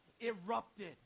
erupted